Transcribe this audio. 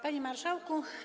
Panie Marszałku!